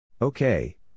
Okay